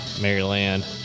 Maryland